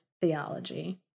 theology